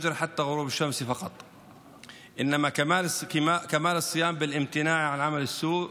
חודש רמדאן הוא חודש שעולות בו כל המשמעויות של החמלה והטוב.